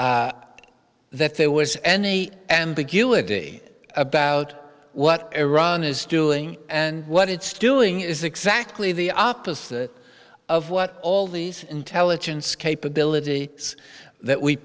there was any ambiguity about what iran is doing and what it's doing is exactly the opposite of what all these intelligence capability is that we